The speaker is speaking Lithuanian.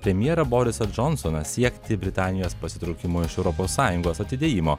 premjerą borisą džonsoną siekti britanijos pasitraukimo iš europos sąjungos atidėjimo